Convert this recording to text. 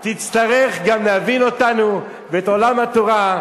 כאשר נגיע לחוק טל תצטרך גם להבין אותנו ואת עולם התורה.